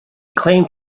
claimed